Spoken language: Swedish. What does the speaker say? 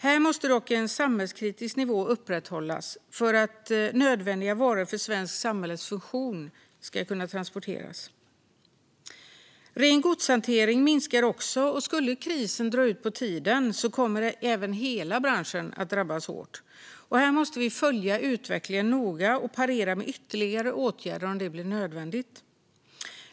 Dock måste en samhällskritisk nivå upprätthållas för att nödvändiga varor för det svenska samhällets funktion ska kunna transporteras. Ren godshantering minskar också, och skulle krisen dra ut på tiden kommer hela branschen att drabbas hårt. Vi måste följa utvecklingen noga och parera med ytterligare åtgärder om det blir nödvändigt.